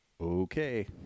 okay